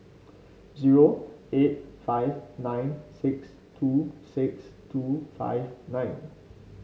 zero eight five nine six two six two five nine